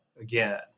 again